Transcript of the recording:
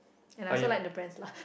and I also like the brands lah